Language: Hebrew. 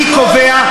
אני קובע,